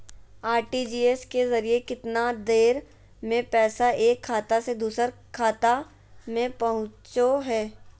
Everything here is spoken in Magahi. आर.टी.जी.एस के जरिए कितना देर में पैसा एक खाता से दुसर खाता में पहुचो है?